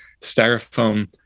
styrofoam